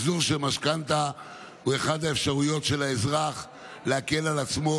מחזור של משכנתה הוא אחת האפשרויות של אזרח להקל על עצמו